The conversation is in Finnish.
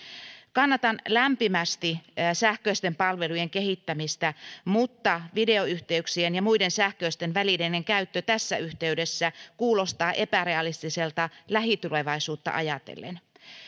kannatan lämpimästi sähköisten palvelujen kehittämistä mutta videoyhteyksien ja muiden sähköisten välineiden käyttö tässä yhteydessä kuulostaa epärealistiselta lähitulevaisuutta ajatellen